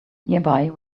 nearby